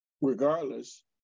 regardless